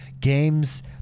games